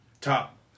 top